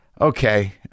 okay